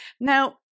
Now